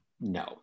No